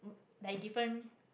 like different